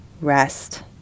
rest